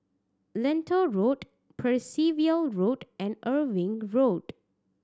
Lentor Road Percival Road and Irving Road